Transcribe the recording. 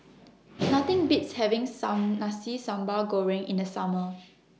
Nothing Beats having Some Nasi Sambal Goreng in The Summer